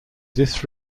this